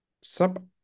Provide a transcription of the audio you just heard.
sub